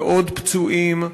ועוד פצועים,